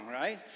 right